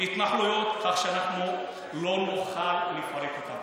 התנחלויות כך שאנחנו לא נוכל לפרק אותן,